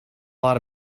lot